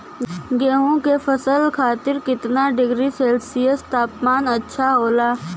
गेहूँ के फसल खातीर कितना डिग्री सेल्सीयस तापमान अच्छा होला?